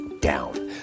down